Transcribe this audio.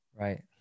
right